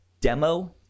demo